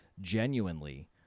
genuinely